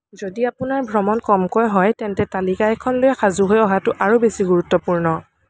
যদি আপোনাৰ ভ্ৰমণ কমকৈ হয় তেন্তে তালিকা এখন লৈ সাজু হৈ অহাটো আৰু বেছি গুৰুত্বপূৰ্ণ